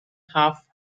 half